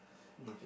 okay